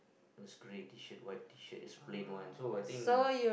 those grey T-shirt white T-shirt just plain one so I think